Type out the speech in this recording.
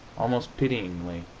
almost pityingly,